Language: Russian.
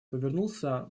повернулся